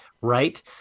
right